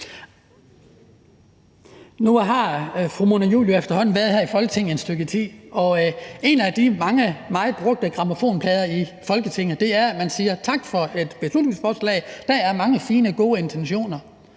Nu har fru Mona Juul jo efterhånden været her i Folketinget et stykke tid, og en af de mange meget brugte grammofonplader i Folketinget er, at man siger: Tak for beslutningsforslaget, der er mange fine, gode intentioner